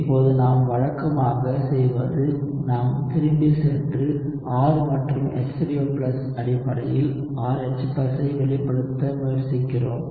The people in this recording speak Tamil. இப்போது நாம் வழக்கமாகச் செய்வது நாம் திரும்பிச் சென்று R மற்றும் H3O அடிப்படையில் RH ஐ வெளிப்படுத்த முயற்சிக்கிறோம்